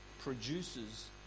produces